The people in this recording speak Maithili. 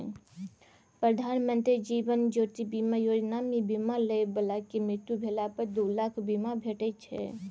प्रधानमंत्री जीबन ज्योति बीमा योजना मे बीमा लय बलाक मृत्यु भेला पर दु लाखक बीमा भेटै छै